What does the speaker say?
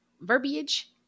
verbiage